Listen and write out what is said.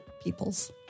Peoples